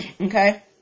Okay